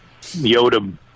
Yoda